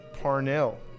parnell